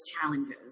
challenges